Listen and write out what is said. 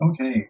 Okay